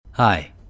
Hi